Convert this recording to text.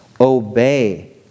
Obey